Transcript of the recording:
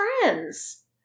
friends